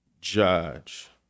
judge